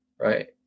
right